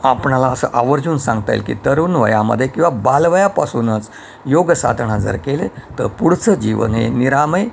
आपणाला असं आवर्जून सांगता येईल की तरुण वयामध्ये किंवा बालवयापासूनच योग साधना जर केले तर पुढचं जीवन हे निरामय